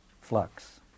Flux